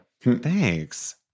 Thanks